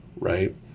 right